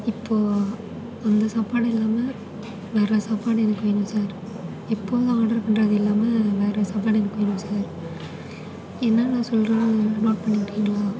இப்போவா அந்த சாப்பாடு இல்லாமல் வேற சாப்பாடு எனக்கு வேணும் சார் எப்போதும் ஆடரு பண்ணுறது இல்லாமல் வேற சாப்பாடு எனக்கு வேணும் சார் என்ன நான் சொல்கிறன்னு நோட் பண்ணிக்கிறிங்களா